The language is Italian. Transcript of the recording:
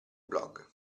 blog